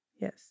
Yes